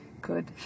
Good